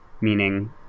meaning